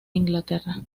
inglaterra